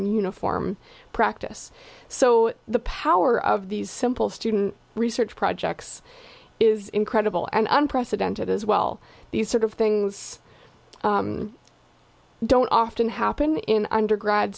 and uniform practice so the power of these simple student research projects is incredible and unprecedented as well these sort of things don't often happen in undergrad